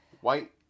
White